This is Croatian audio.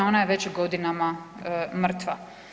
Ona je već godinama mrtva.